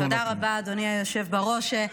תודה רבה, אדוני היושב בראש.